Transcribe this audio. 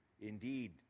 Indeed